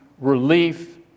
relief